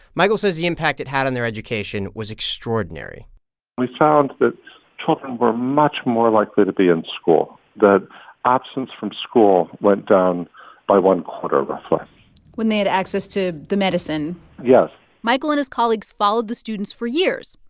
michael says the impact it had on their education was extraordinary we found that children were much more likely to be in school, that absence from school went down by one-quarter but when they had access to the medicine yes michael and his colleagues followed the students for years,